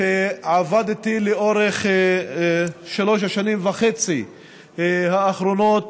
שעבד איתי לאורך שלוש השנים וחצי האחרונות,